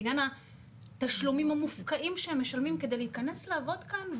לעניין התשלומים המופקעים שהם משלמים כדי להיכנס לעבוד כאן,